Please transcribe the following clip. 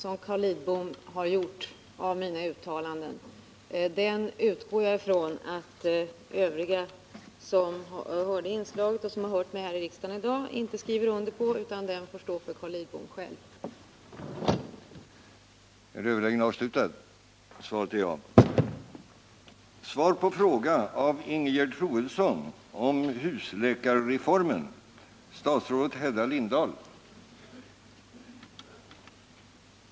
Herr talman! Jag utgår ifrån att övriga som hörde inslaget i TV och de som har hört mig här i riksdagen i dag inte skriver under den tolkning som Carl Lindbom gjort av mina uttalanden. Den får stå för Carl Lidbom.